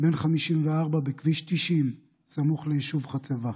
בן 54 בכביש 90, סמוך ליישוב חצבה,